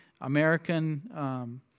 American